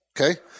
okay